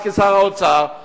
אז כשר האוצר,